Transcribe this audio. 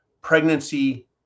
pregnancy